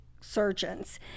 surgeons